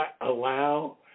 allow